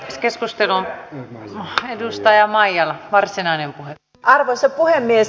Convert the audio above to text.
keskustelua nahka edustaja maija varsinainen puhe arvoisa puhemies